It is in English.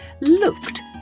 looked